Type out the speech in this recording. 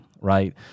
Right